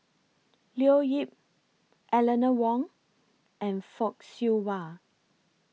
Leo Yip Eleanor Wong and Fock Siew Wah